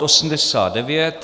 89.